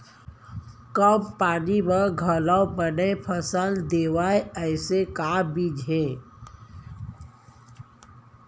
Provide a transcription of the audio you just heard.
कम पानी मा घलव बने फसल देवय ऐसे का बीज हे?